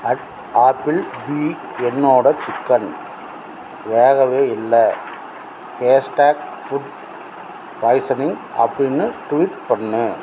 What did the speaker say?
at Applebee என்னோட சிக்கன் வேகவே இல்லை ஹேஷ்டேக் ஃபுட் பாய்ஸனிங் அப்படின்னு ட்வீட் பண்ணு